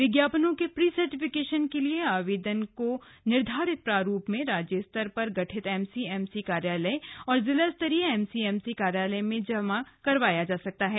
विज्ञापनों के pre certification के लिए आवेदन को निर्धारित प्रारूप में राज्य स्तर पर गठित एम सी एम सी कार्यालय और जिलास्तरीय एम सी एम सी कार्यालय में जमा कराया जा सकता है